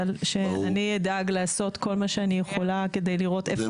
אבל אני אדאג לעשות כל מה שאני יכולה כדי לראות איפה